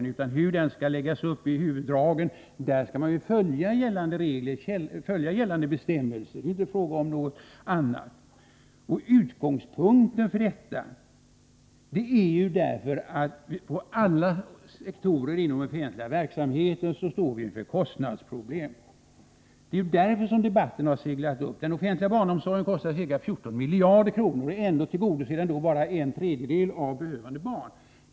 När det gäller hur den skall läggas upp skall man i huvuddrag följa gällande bestämmelser — det är inte fråga om någonting annat. Utgångspunkten för debatten är att vi på alla sektorer i samhället står inför kostnadsproblem. Den offentliga barnomsorgen kostar ca 14 miljarder kronor, och ändå tillgodoser den behovet av barnomsorg för bara en tredjedel av antalet behövande barn.